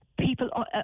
People